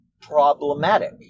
problematic